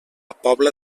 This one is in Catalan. pobla